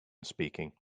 speaking